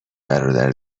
برادر